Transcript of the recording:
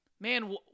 man